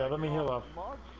ah but meal of one